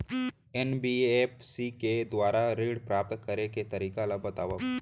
NBFC के दुवारा ऋण प्राप्त करे के तरीका ल बतावव?